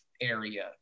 area